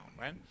Right